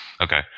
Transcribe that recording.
Okay